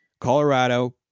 Colorado